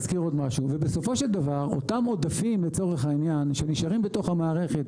בסופו של דבר אותם עודפים לצורך העניין שנשארים בתוך המערכת,